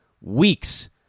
weeks